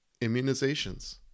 immunizations